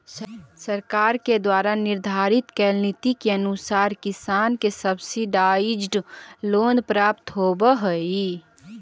सरकार के द्वारा निर्धारित कैल नीति के अनुसार किसान के सब्सिडाइज्ड लोन प्राप्त होवऽ हइ